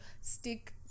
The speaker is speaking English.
stick